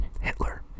Hitler